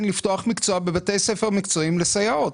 לפתוח מקצוע בבתי ספר מקצועיים לסייעות.